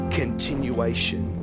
continuation